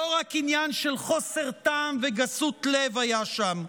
לא רק עניין של חוסר טעם וגסות לב היה שם.